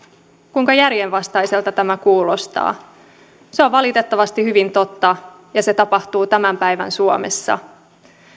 kuinka järjenvastaiselta tämä kuulostaa se on valitettavasti hyvin totta ja se tapahtuu tämän päivän suomessa